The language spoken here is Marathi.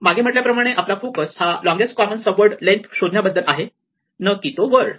मागे म्हटल्याप्रमाणे आपला फोकस हा longest common sub word length शोधण्या बद्दल आहे न की तो वर्ड